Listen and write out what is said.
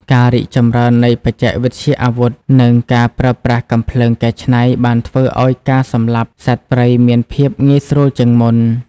ការរីកចម្រើននៃបច្ចេកវិទ្យាអាវុធ និងការប្រើប្រាស់កាំភ្លើងកែច្នៃបានធ្វើឱ្យការសម្លាប់សត្វព្រៃមានភាពងាយស្រួលជាងមុន។